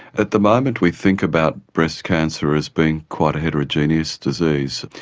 at the moment we think about breast cancer as being quite a heterogeneous disease.